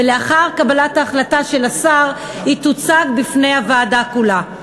ולאחר קבלת ההחלטה של השר היא תוצג בפני הוועדה כולה.